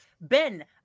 Ben